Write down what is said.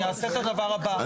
אני אעשה את הדבר הבא,